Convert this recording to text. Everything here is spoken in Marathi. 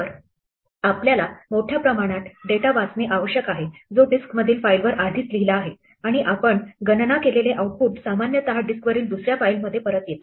तर आपल्याला मोठ्या प्रमाणात डेटा वाचणे आवश्यक आहे जो डिस्कमधील फाइलवर आधीच लिहिला आहे आणि आपण गणना केलेले आउटपुट सामान्यतः डिस्कवरील दुसर्या फाइलमध्ये परत येते